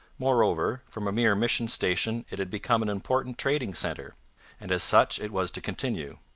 moreover, from a mere mission station it had become an important trading centre and as such it was to continue.